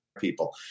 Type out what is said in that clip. people